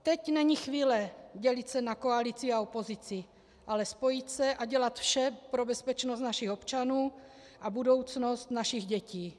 Teď není chvíle dělit se na koalici a opozici, ale spojit se a dělat vše pro bezpečnost našich občanů a budoucnost našich dětí.